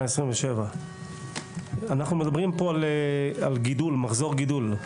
27. אנחנו מדברים כאן על מחזור גידול.